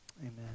Amen